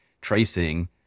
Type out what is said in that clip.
tracing